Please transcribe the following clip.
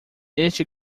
este